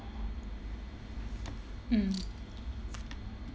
mm